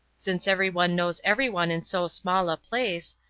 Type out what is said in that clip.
since everyone knows everyone in so small a place,